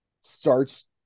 starts